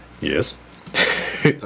Yes